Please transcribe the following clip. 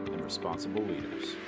and responsible leaders.